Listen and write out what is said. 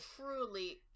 truly